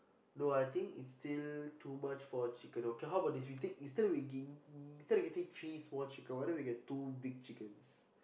no I think it's still too much for a chicken okay how about this we take instead of we get getting three small chickens why don't we get two big chickens